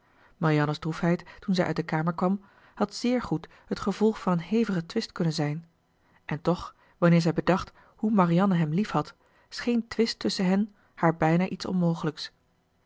marianne's droefheid toen zij uit de kamer kwam had zéér goed het gevolg van een heftigen twist kunnen zijn en toch wanneer zij bedacht hoe marianne hem liefhad scheen twist tusschen hen haar bijna iets onmogelijks